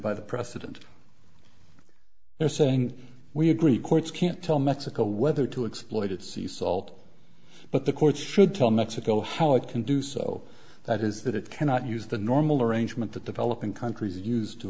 by the precedent there saying we agree courts can't tell mexico whether to exploited sea salt but the court should tell mexico how it can do so that is that it cannot use the normal arrangement that developing countries